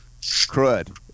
crud